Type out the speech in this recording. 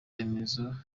remezo